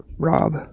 Rob